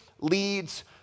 leads